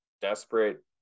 desperate